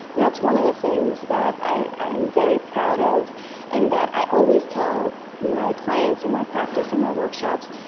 that's one of the things that i i am very proud of and that i always tell my clients in my practice and my workshops,